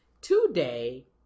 Today